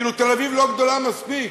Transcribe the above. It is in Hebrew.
כאילו תל-אביב לא גדולה מספיק,